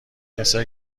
کسایی